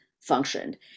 functioned